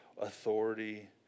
authority